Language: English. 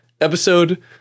episode